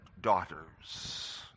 daughters